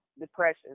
depression